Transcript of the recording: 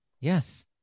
Yes